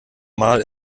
mal